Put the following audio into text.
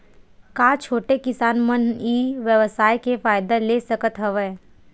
का छोटे किसान मन ई व्यवसाय के फ़ायदा ले सकत हवय?